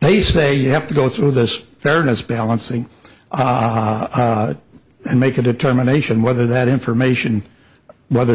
they say you have to go through this fairness balancing and make a determination whether that information whether